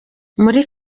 muri